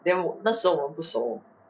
then 我那时候我不熟